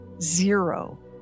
zero